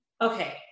Okay